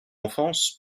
enfance